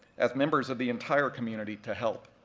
as members of the entire community, to help.